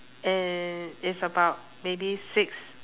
and it's about maybe six